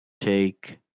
take